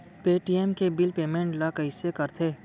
Paytm के bill payment ल कइसे करथे?